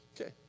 Okay